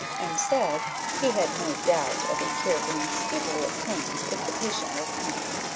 and said he had no doubt of a cure being speedily obtained, if the patient were calm.